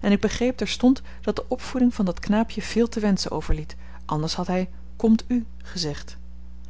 en ik begreep terstond dat de opvoeding van dat knaapje veel te wenschen overliet anders had hy komt u gezegd